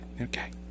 Okay